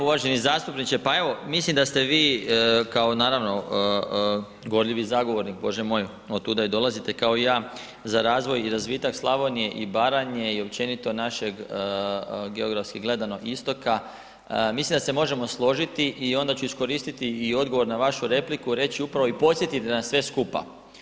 Uvaženi zastupniče, pa evo, mislim da ste vi kao naravno govorljivi zagovornik, bože moj, otuda i dolazite kao i ja, za razvoj i razvitak Slavonije i Baranje i općenito našeg geografski gledano istoka, mislim da se možemo složiti i onda ću iskoristiti i odgovor na vašu repliku, reć upravo i podsjetit na sve skupa.